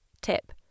Tip